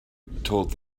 told